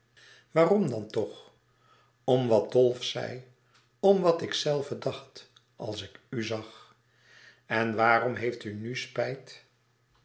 waarom dan toch om wat dolf zei om wat ikzelve dacht als ik u zag en waarom heeft u nu spijt